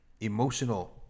emotional